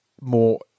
more